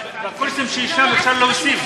בקורסים שיש שם אפשר להוסיף.